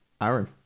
Aaron